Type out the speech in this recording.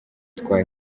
twa